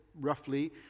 roughly